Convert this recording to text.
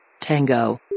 Tango